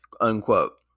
Unquote